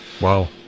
Wow